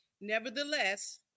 Nevertheless